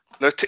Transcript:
No